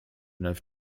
enough